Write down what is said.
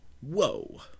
Whoa